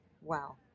Wow